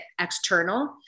external